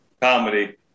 Comedy